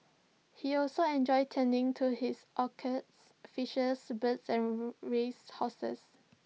he also enjoyed tending to his orchids fishes birds and race horses